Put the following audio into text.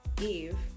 Eve